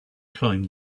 climbed